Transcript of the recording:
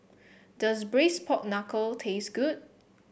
does Braised Pork Knuckle taste good